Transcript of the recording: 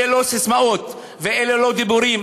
אלה לא ססמאות ואלה לא דיבורים.